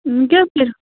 کیٛاہ حظ یہِ